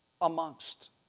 amongst